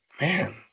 man